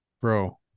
Bro